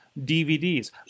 DVDs